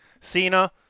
Cena